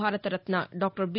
Bharat Ratna doctor be